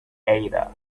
ada